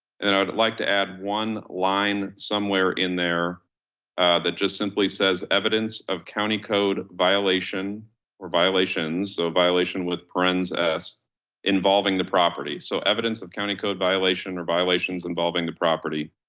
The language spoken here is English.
and i'd like to add one line somewhere in there that just simply says evidence of county code violation or violations. so violation with princess involving the property. so evidence of county code violation or violations involving the property.